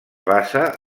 basa